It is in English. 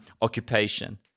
occupation